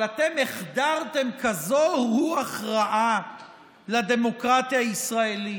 אבל אתם החדרתם כזאת רוח רעה לדמוקרטיה הישראלית,